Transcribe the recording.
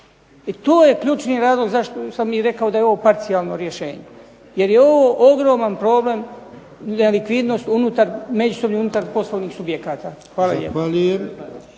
to je ključni razlog zašto sam rekao da je ovo parcijalno rješenje jer je ovo ogroman problem nelikvidnost unutar, međusobni unutar poslovnih subjekata. Hvala lijepa.